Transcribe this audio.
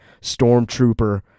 Stormtrooper